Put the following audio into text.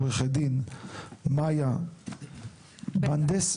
עורכת הדין מאיה בנדס.